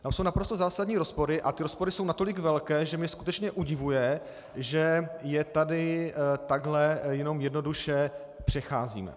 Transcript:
Tam jsou naprosto zásadní rozpory a ty rozpory jsou natolik velké, že mě skutečně udivuje, že je tady takhle jenom jednoduše přecházíme.